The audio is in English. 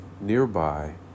nearby